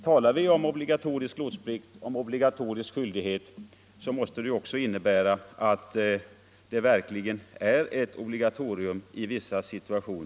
Talar vi om obligatorisk lotsplikt, måste det innebära att det i vissa situationer verkligen gäller ett obligatorium.